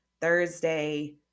thursday